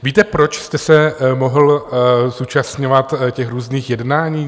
Víte, proč jste se mohl zúčastňovat těch různých jednání?